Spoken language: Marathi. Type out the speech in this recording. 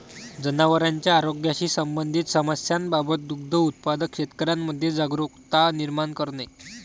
जनावरांच्या आरोग्याशी संबंधित समस्यांबाबत दुग्ध उत्पादक शेतकऱ्यांमध्ये जागरुकता निर्माण करणे